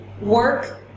work